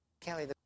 Kelly